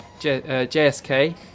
JSK